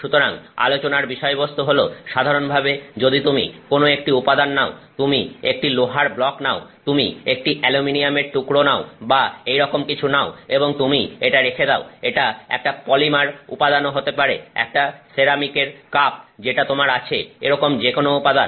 সুতরাং আলোচনার বিষয়বস্তু হল সাধারণভাবে যদি তুমি কোন একটি উপাদান নাও তুমি একটি লোহার ব্লক নাও তুমি একটি অ্যালুমিনিয়াম এর টুকরো বা এইরকম কিছু নাও এবং তুমি এটা রেখে দাও এটা একটা পলিমার উপাদানও হতে পারে একটা সেরামিক এর কাপ যেটা তোমার আছে এরকম যেকোন উপাদান